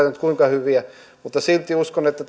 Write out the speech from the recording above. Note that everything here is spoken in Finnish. kuinka hyviä mutta silti uskon että